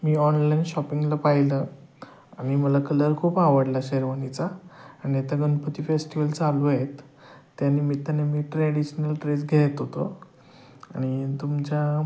मी online शॉपिंगला पाहिलं आणि मला कलर खूप आवडला शेरवानीचा आणि आता गणपती फेस्टिवल चालू आहेत त्या निमित्ताने मी ट्रॅडिशनल ड्रेस घेत होतो आणि तुमच्या